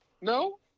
No